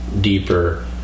deeper